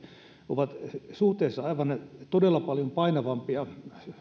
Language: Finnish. ovat suhteessa aivan todella paljon painavampia